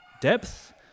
depth